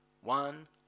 one